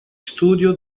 studio